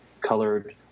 colored